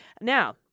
now